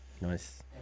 Nice